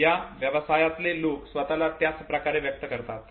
एका व्यवसायातले लोक स्वतला त्याच प्रकारे व्यक्त करतात